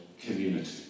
community